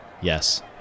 Yes